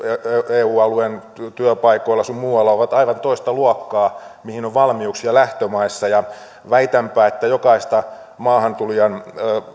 eu alueen työpaikoilla sun muualla ovat aivan toista luokkaa kuin mihin on valmiuksia lähtömaissa ja väitänpä että jokaista